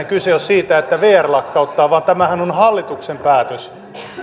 kyse ole siitä että vr lakkauttaa vaan tämähän on hallituksen päätös